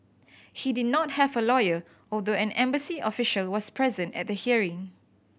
he did not have a lawyer although an embassy official was present at the hearing